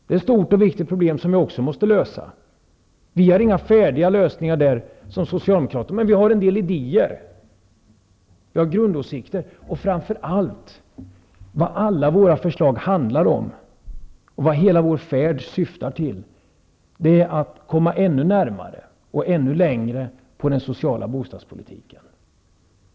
Det är ett stort och viktigt problem, som vi också måste lösa. Vi socialdemokrater har inga färdiga lösningar, men vi har en del idéer och grundåsikter. Vad alla våra förslag handlar om och hela vår färd syftar till är framför allt att komma ännu närmare och ännu längre på den sociala bostadspolitiken.